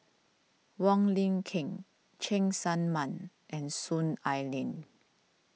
Wong Lin Ken Cheng Tsang Man and Soon Ai Ling